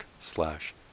slash